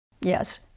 Yes